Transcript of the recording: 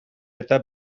eta